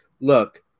look